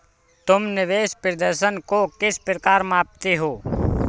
तुम निवेश प्रदर्शन को किस प्रकार मापते हो?